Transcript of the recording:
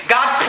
God